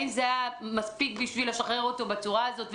האם זה היה מספיק בשביל לשחרר אותו בצורה הזאת?